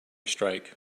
strike